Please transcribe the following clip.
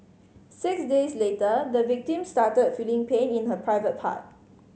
six days later the victim started feeling pain in her private part